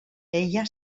ella